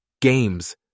Games